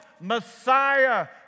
Messiah